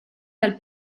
dal